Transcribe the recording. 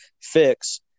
fix